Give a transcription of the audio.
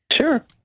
Sure